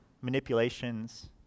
manipulations